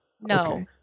No